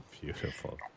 Beautiful